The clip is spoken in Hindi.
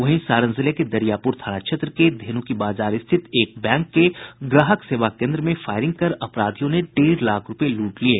वहीं सारण जिले के दरियापुर थाना क्षेत्र के धेनुकी बाजार स्थित एक बैंक के ग्राहक सेवा केन्द्र में फायरिंग कर अपराधियों ने डेढ़ लाख रूपये लूट लिये